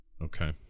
Okay